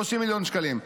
30 מיליון שקלים,